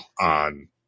on